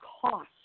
cost